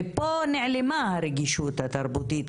ופה נעלמה הרגישות התרבותית,